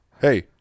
Hey